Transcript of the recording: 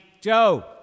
Joe